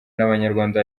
n’abanyarwanda